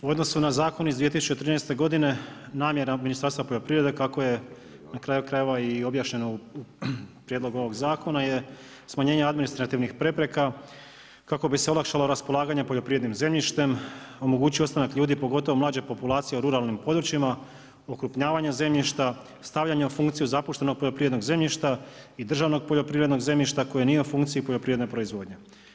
U odnosu na zakon iz 2013. godine namjera Ministarstva poljoprivrede kako je na kraju krajeva i objašnjeno u prijedlogu ovog zakona je smanjenje administrativnih prepreka, kako bi se olakšalo raspolaganjem poljoprivrednim zemljištem, omogućio ostanak ljudi pogotovo mlađe populacije u ruralnim područjima, okrupnjavanje zemljišta, stavljanje u funkciju zapuštenog poljoprivrednog zemljišta i državnog poljoprivrednog zemljišta koje nije u funkciji poljoprivredne proizvodnje.